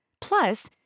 Plus